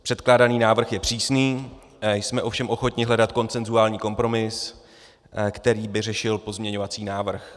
Předkládaný návrh je přísný, jsme ovšem ochotni hledat konsenzuální kompromis, který by řešil pozměňovací návrh.